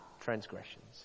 transgressions